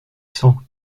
cent